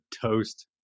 toast